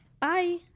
bye